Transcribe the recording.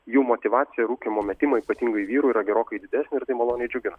jų motyvacija rūkymo metimo ypatingai vyrų yra gerokai didesnė ir tai maloniai džiugina